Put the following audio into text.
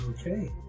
Okay